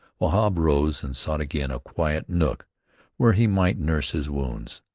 wahb rose, and sought again a quiet nook where he might nurse his wounds.